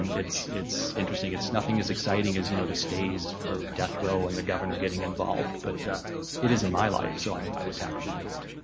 it's it's interesting. it's nothing as exciting as you know the stays for death row and the governor getting involved, but it is in my life so um i was happy to do it.